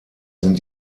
sind